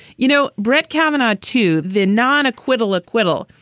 you know, brett kavanaugh to the non acquittal. acquittal,